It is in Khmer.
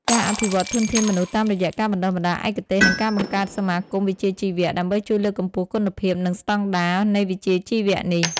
ការអភិវឌ្ឍន៍ធនធានមនុស្សតាមរយៈការបណ្តុះបណ្តាលឯកទេសនិងការបង្កើតសមាគមវិជ្ជាជីវៈ ដើម្បីជួយលើកកម្ពស់គុណភាព និងស្តង់ដារនៃវិជ្ជាជីវៈនេះ។